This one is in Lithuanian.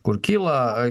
kur kyla